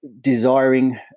desiring